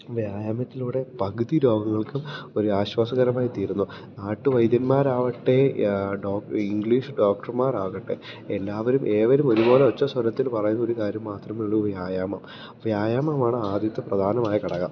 വ്യായാമത്തിലൂടെ പകുതി രോഗങ്ങൾക്കും ഒരു ആശ്വാസകരമായി തീരുന്നു നാട്ടുവൈദ്യന്മാരാകട്ടെ ഇംഗ്ലീഷ് ഡോക്ടർമാരാകട്ടെ എല്ലാവരും ഏവരും ഒരുപോലെ ഒറ്റസ്വരത്തിൽ പറയുന്ന ഒരു കാര്യം മാത്രമേയുള്ളൂ വ്യായാമം വ്യായാമമാണ് ആദ്യത്തെ പ്രധാനമായ ഘടകം